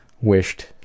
wished